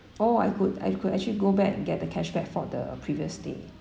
oh I could I could actually go back and get the cashback for the previous day